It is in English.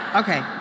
Okay